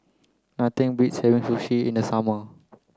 nothing beats having Sushi in the summer